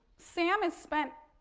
sam has spent,